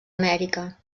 amèrica